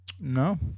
No